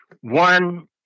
one